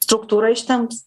struktūrą ištemps